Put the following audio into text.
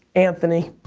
anthony.